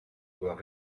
doit